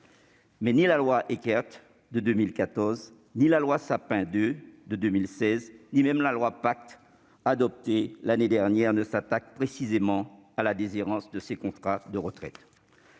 ni la loi Eckert de 2014, ni la loi Sapin II de 2016, ni même la loi Pacte adoptée l'année dernière ne s'attaquent précisément au problème de la déshérence de ces contrats de retraite.